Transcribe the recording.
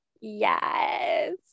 yes